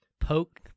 Poke